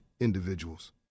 Individuals